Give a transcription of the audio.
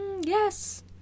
Yes